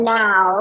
now